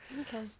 Okay